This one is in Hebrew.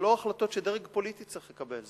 אלה לא החלטות שדרג פוליטי צריך לקבל.